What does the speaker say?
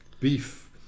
beef